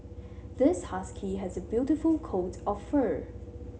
this husky has a beautiful coat of fur